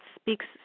speaks